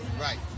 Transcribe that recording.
Right